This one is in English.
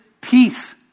peace